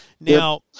Now